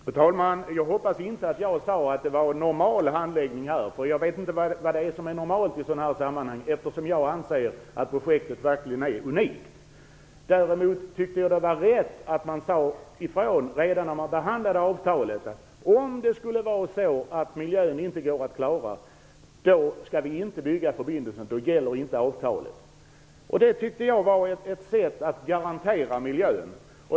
Fru talman! Jag hoppas inte att jag sade att detta är en normal handläggning. Jag vet nämligen inte vad som är normalt i sådana här sammanhang. Jag anser att projektet är unikt. Däremot var det riktigt att redan när avtalet behandlades säga ifrån att förbindelsen inte skulle byggas om miljöfrågorna inte skulle gå att lösa. Då skulle avtalet inte gälla. Det tyckte jag var ett sätt att garantera miljön.